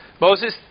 Moses